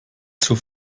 zur